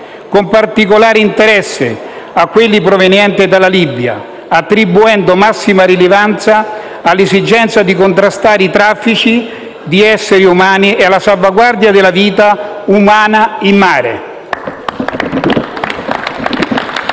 con particolare interesse a quelli provenienti dalla Libia, attribuendo massima rilevanza all'esigenza di contrastare i traffici di esseri umani e alla salvaguardia della vita umana in mare.